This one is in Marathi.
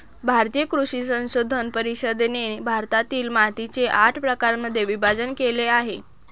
भारतीय कृषी संशोधन परिषदेने भारतातील मातीचे आठ प्रकारांमध्ये विभाजण केले आहे